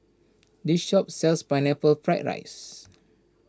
this shop sells Pineapple Fried Rice